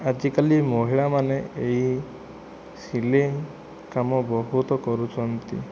ଆଜିକାଲି ମହିଳା ମାନେ ଏହି ସିଲାଇ କାମ ବହୁତ କରୁଛନ୍ତି